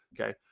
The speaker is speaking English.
Okay